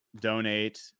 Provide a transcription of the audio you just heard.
donate